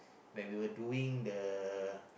when we were doing the